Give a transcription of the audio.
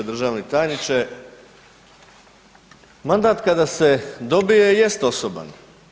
Državni tajniče, mandat kada se dobije jest osoban.